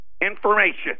information